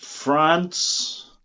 France